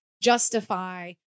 justify